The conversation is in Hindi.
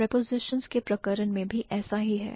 Prepositions के प्रकरण में भी ऐसा ही है